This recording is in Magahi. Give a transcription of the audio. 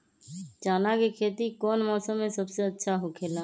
चाना के खेती कौन मौसम में सबसे अच्छा होखेला?